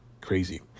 Crazy